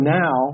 now